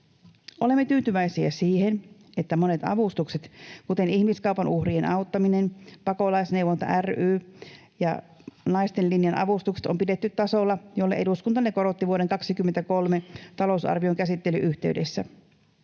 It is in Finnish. Olemme tyytyväisiä siihen, että monet avustukset — kuten ihmiskaupan uhrien auttamisen, Pakolaisneuvonta ry:n ja Naisten Linjan avustukset — on pidetty tasolla, jolle eduskunta ne korotti vuoden 23 talousarvion käsittelyn yhteydessä.